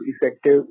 effective